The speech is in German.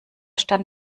stand